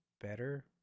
better